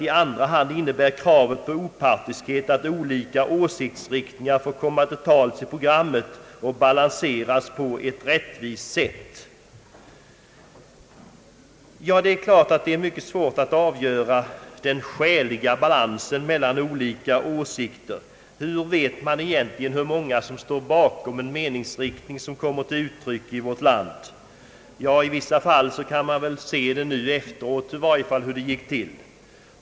I andra hand innebär kravet på opartiskhet att olika åsikter skall komma till tals i programmen och balanseras på ett rättvist sätt. Det är givetvis svårt att avgöra vad som är en korrekt balans när det gäller att låta olika åsikter komma till tals. Hur vet man egentligen hur många som står bakom en meningsriktning som kommer till uttryck i vårt land? I vissa fall kan man i efterhand säga hur det borde gått till.